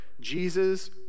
Jesus